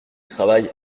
travail